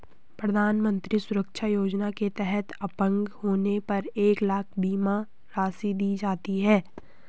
प्रधानमंत्री सुरक्षा योजना के तहत अपंग होने पर एक लाख बीमा राशि दी जाती है